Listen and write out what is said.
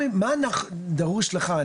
מה דרוש לך?